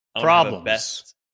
problems